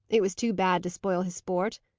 it was too bad to spoil his sport.